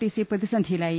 TC പ്രതിസന്ധി യിലായി